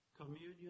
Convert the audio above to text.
Communion